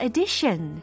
Edition